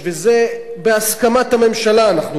ובהסכמת הממשלה אנחנו לא יכולים.